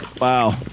Wow